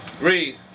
Read